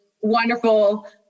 wonderful